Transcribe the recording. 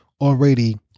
already